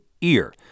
EAR